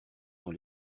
dans